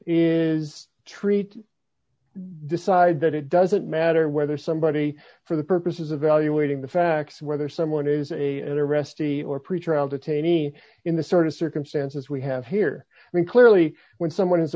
is treat decide that it doesn't matter whether somebody for the purposes of evaluating the facts whether someone is a an arrestee or pretrial detainees in the sort of circumstances we have here i mean clearly when someone is